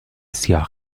سیاه